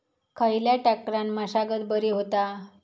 खयल्या ट्रॅक्टरान मशागत बरी होता?